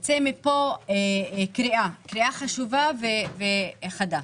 שתצא מפה קריאה חשובה וחדה.